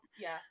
Yes